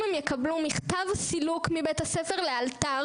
הם יקבלו מכתב סילוק מבית הספר לאלתר